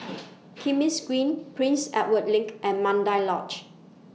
Kismis Green Prince Edward LINK and Mandai Lodge